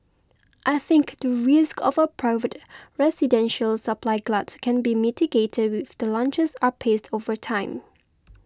I think the risk of a private residential supply glut can be mitigated if the launches are paced over time